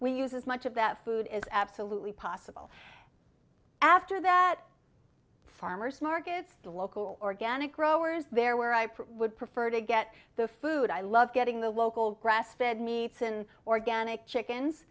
we use as much of that food as absolutely possible after that farmers markets local organic growers there where i would prefer to get the food i love getting the local grass fed meets and organic chickens